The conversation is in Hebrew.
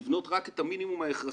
לבנות רק את המינימום ההכרחי.